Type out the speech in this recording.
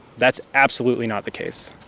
that's absolutely not the case.